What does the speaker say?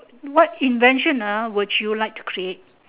what invention ah would you like to create